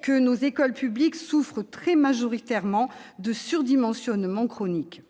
que nos écoles publiques souffrent très majoritairement de surdimensionnement chronique.